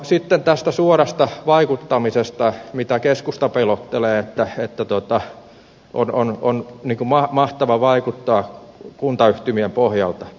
sitten tästä suorasta vaikuttamisesta mitä keskusta pelottelee että on niin kuin mahtavaa vaikuttaa kuntayhtymien pohjalta